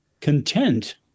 content